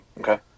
Okay